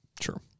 Sure